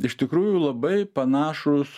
iš tikrųjų labai panašūs